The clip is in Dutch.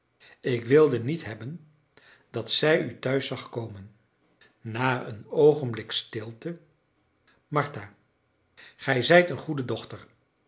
ik wilde niet hebben dat zij u thuis zag komen na een oogenblik stilte martha gij zijt een goede dochter